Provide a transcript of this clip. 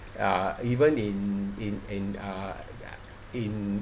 uh even in in in uh in